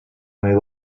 only